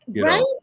Right